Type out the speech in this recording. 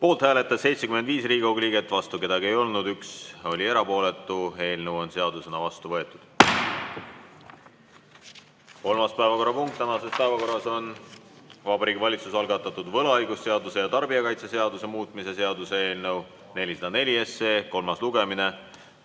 Poolt hääletas 75 Riigikogu liiget, vastu keegi ei olnud, 1 oli erapooletu. Eelnõu on seadusena vastu võetud. Kolmas päevakorrapunkt tänases päevakorras on Vabariigi Valitsuse algatatud võlaõigusseaduse ja tarbijakaitseseaduse muutmise seaduse eelnõu 404 kolmas lugemine.